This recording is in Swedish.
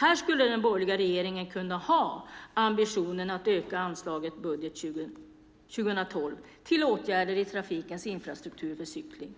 Här skulle den borgerliga regeringen kunna ha ambitionen att öka anslaget i budgeten 2012 till åtgärder i trafikens infrastruktur för cykling.